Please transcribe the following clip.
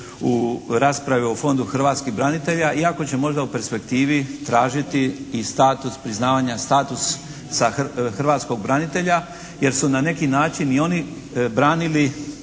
u raspravi o Fondu hrvatskih branitelja iako će možda u perspektivi tražiti i status priznavanja, status hrvatskog branitelja jer su na neki način i oni branili